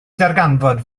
ddarganfod